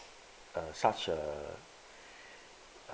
uh such a